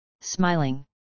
smiling